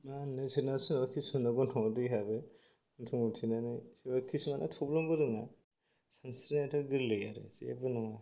मा होनो सोरनाबा सोरनाबा किसुमाना गन्थङाव दै हाबो गन्थं माथेनानै सोरबा किसुमाना थब्ल'नो गोरोंना सानस्रिनायाथ' गोरलै आरो जेबो नङा